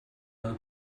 her